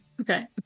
Okay